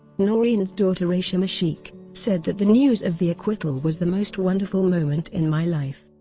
noreen's daughter eisham ashiq, said that the news of the acquittal was the most wonderful moment in my life.